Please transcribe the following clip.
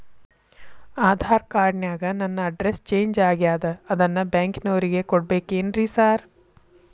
Aadhaar card ನ್ಯಾಗ ನನ್ address change ಆಗ್ಯಾದ ಅದನ್ನ ಬ್ಯಾಂಕಿನೊರಿಗೆ ಕೊಡ್ಬೇಕೇನ್ರಿ ಸಾರ್?